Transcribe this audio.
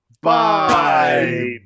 Bye